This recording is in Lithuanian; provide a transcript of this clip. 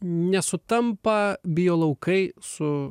nesutampa biolaukai su